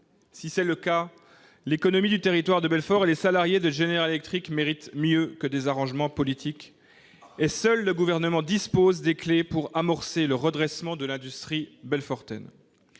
Si tel est le cas, l'économie du Territoire de Belfort et les salariés de GE méritent mieux que des arrangements politiques. Seul le Gouvernement dispose des clés pour amorcer le redressement de l'industrie belfortaine.